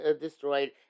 destroyed